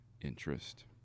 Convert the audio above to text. interest